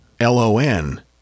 lon